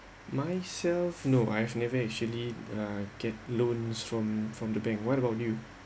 myself no I've never actually uh get loans from from the bank what about you